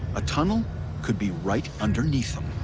a tunnel could be right underneath them.